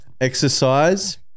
Exercise